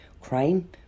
crime